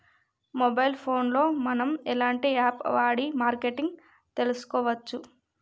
Mobile phone లో మనం ఎలాంటి యాప్ వాడి మార్కెటింగ్ తెలుసుకోవచ్చు?